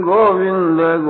Govinda